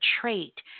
trait